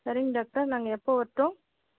சரிங்க டாக்டர் நாங்கள் எப்போ வரட்டும்